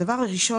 ראשית,